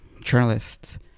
journalists